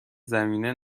زمینه